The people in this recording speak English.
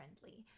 friendly